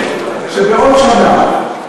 שבעוד שנה,